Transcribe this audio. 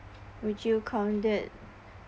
would you count that